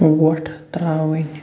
وۄٹھ ترٛاوٕنۍ